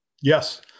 Yes